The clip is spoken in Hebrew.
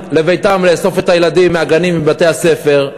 לביתן לאסוף את הילדים מהגנים ומבתי-הספר,